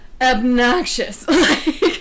obnoxious